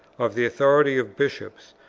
of the authority of bishops,